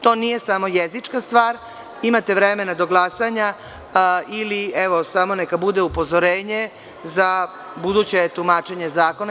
To nije samo jezička stvar, imate vremena do glasanja ili, evo, samo neka bude upozorenje za buduće tumačenje zakona.